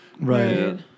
Right